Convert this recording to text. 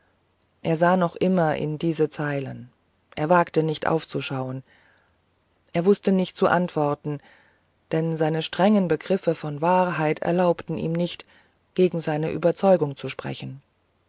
er sah noch immer in diese zeilen er wagte nicht aufzuschauen er wußte nicht zu antworten denn seine strengen begriffe von wahrheit erlaubten ihm nicht gegen seine überzeugung zu sprechen